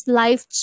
life